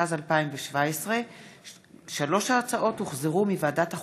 התשע"ז 2017. שלוש ההצעות הוחזרו מוועדת החוקה,